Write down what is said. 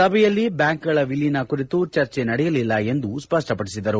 ಸಭೆಯಲ್ಲಿ ಬ್ಯಾಂಕ್ಗಳ ವಿಲೀನ ಕುರಿತು ಚರ್ಚೆ ನಡೆಯಲಿಲ್ಲ ಎಂದು ಸ್ಪಷ್ಪಪಡಿಸಿದರು